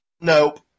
Nope